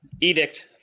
edict